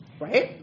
right